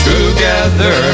Together